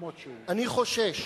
אני חושש